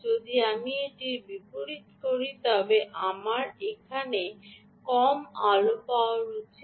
যদি আমি এটির বিপরীত করি তবে আমার এখানে কম আলো পাওয়া উচিত